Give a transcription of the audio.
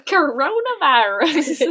Coronavirus